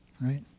right